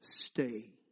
Stay